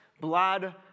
blood